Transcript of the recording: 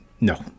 No